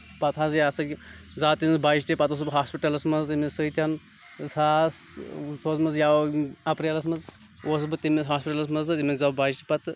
پَتہٕ حظ یہِ ہسا یہِ زاو تٔمِس بَچہِ تہِ پَتہٕ اوسُس بہٕ ہاسپِٹلَس منٛز أمِس سۭتۍ زٕ ساس سۄ أسۍ مٕژ یوٕ اَپریلَس منٛز اوسُس بہٕ تٔمِس ہاسپِٹلَس منٛز تٔمِس زاو بچہِ تہِ پتہٕ